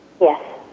Yes